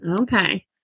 Okay